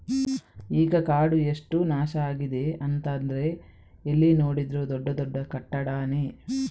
ಈಗ ಕಾಡು ಎಷ್ಟು ನಾಶ ಆಗಿದೆ ಅಂತಂದ್ರೆ ಎಲ್ಲಿ ನೋಡಿದ್ರೂ ದೊಡ್ಡ ದೊಡ್ಡ ಕಟ್ಟಡಾನೇ